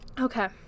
Okay